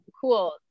cool